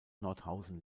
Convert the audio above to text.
nordhausen